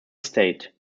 estate